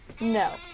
No